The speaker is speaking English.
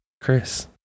Chris